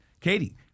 Katie